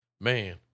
man